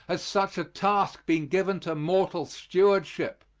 has such a task been given to mortal stewardship.